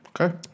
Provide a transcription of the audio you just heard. Okay